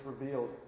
revealed